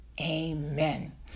Amen